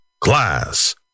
Class